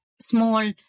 small